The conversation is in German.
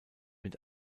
mit